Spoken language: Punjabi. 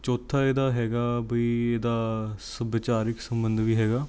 ਅਤੇ ਚੌਥਾ ਇਹਦਾ ਹੈਗਾ ਬਈ ਇਹਦਾ ਸੱਭਿਆਚਾਰਿਕ ਸੰਬੰਧ ਵੀ ਹੈਗਾ